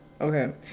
Okay